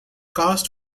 cast